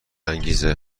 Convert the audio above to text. انگیزه